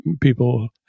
people